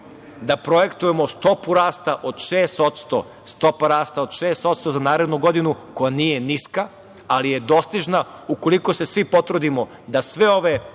da projektujemo stopu rasta od 6% za narednu godinu koja nije niska, ali je dostižna ukoliko svi potrudimo da sve ove